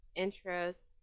Intros